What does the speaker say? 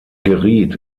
geriet